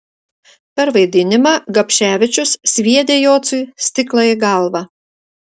per vaidinimą gapševičius sviedė jocui stiklą į galvą